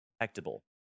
detectable